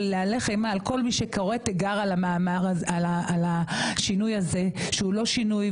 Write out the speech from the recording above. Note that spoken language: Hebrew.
להלך אימה על כל מי שקורא תיגר על השינוי הזה שהוא לא שינוי,